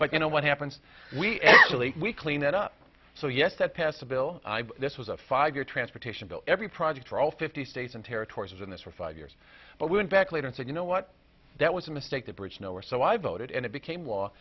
but you know what happens we actually we clean that up so yes that passed a bill this was a five year transportation bill every project for all fifty states and territories was in this for five years but we went back later and said you know what that was a mistake the bridge to nowhere so i voted and it became